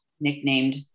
nicknamed